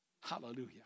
Hallelujah